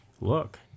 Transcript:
look